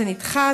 זה נדחה,